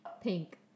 pink